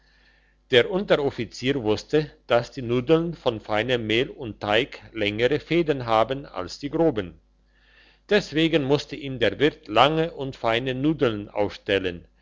der unteroffizier wusste dass die nudeln von feinem mehl und teig längere fäden haben als die groben deswegen musste ihm der wirt lange und feine nudeln aufstellen